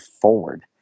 forward